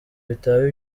bitaba